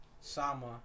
Sama